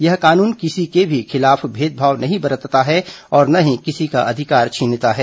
यह कानून किसी के भी खिलाफ भेदभाव नहीं बरतता है और न ही किसी का अधिकार छीनता है